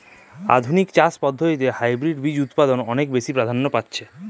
আধুনিক চাষ পদ্ধতিতে হাইব্রিড বীজ উৎপাদন অনেক বেশী প্রাধান্য পাচ্ছে